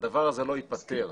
הדבר הזה לא ייפתר.